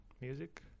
music